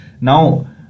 Now